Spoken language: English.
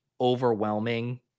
overwhelming